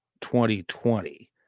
2020